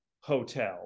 Hotel